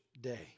Day